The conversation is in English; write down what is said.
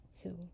two